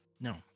No